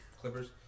Clippers